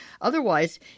Otherwise